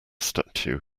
statue